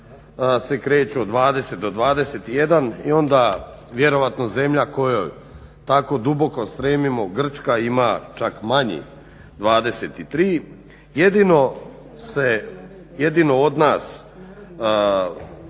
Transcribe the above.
se kreću od 20 do 21 i onda vjerojatno zemlja kojoj tako duboko stremimo Grčka ima čak manji 23. Jedino od nas